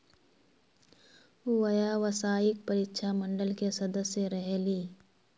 व्यावसायिक परीक्षा मंडल के सदस्य रहे ली?